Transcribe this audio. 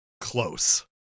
close